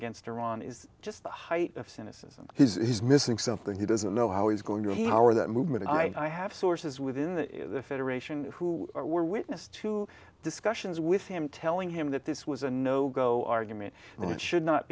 against iran is just the height of cynicism he's missing something he doesn't know how he's going to be our that movement i have sources within the federation who were witness to discussions with him telling him that this was a no go argument and should not